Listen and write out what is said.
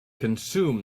consume